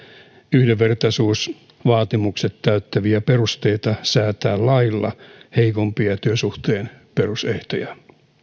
yhdenvertaisuusvaatimukset täyttävä peruste säätää lailla heikompia työsuhteen perusehtoja